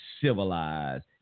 civilized